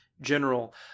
general